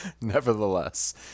Nevertheless